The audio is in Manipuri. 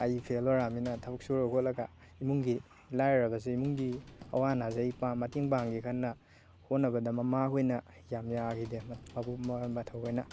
ꯑꯩ ꯐꯦꯜ ꯑꯣꯏꯔꯕꯅꯤꯅ ꯊꯕꯛ ꯁꯨꯔꯒ ꯈꯣꯏꯂꯒ ꯏꯃꯨꯡꯒꯤ ꯂꯥꯏꯔꯔꯕꯁꯦ ꯏꯃꯨꯡꯒꯤ ꯑꯋꯥ ꯑꯅꯥꯁꯦ ꯑꯩ ꯃꯇꯦꯡ ꯄꯥꯡꯒꯦ ꯈꯟꯅ ꯍꯣꯠꯅꯕꯗ ꯃꯃꯥꯍꯣꯏꯅ ꯌꯥꯥꯝ ꯌꯥꯒꯤꯗꯦ ꯊꯧꯋꯣꯏꯅ